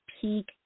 peak